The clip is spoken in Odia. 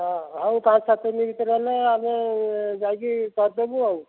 ହେଉ ପାଞ୍ଚ ସାତ ଦିନ ଭିତରେ ହେଲେ ଆମେ ଯାଇକି କରିଦେବୁ ଆଉ